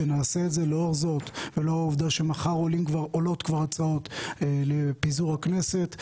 שנעשה את זה לאור זאת ולאור העובדה שמחר עולות כבר הצעות לפיזור הכנסת,